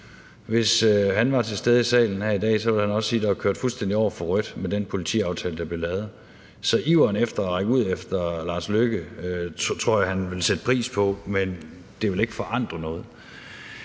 Hvis han var til stede i salen her i dag, ville han også sige, at der var kørt fuldstændig over for rødt med den politiaftale, der blev lavet. Så iveren efter at række ud efter hr. Lars Løkke Rasmussen tror jeg han ville sætte pris på, men det ville ikke forandre noget.